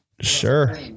Sure